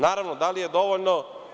Naravno, da li je dovoljno?